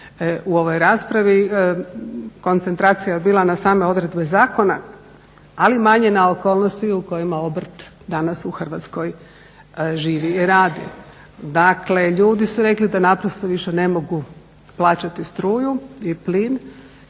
u ovoj raspravi, koncentracija je bila na same odredbe zakona, ali manje na okolnosti u kojima obrt danas u Hrvatskoj živi i radi. Dakle, ljudi su rekli da naprosto više ne mogu plaćati struju i plin.